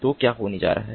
तो क्या होने जा रहा है